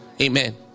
Amen